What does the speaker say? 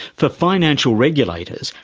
for financial regulators,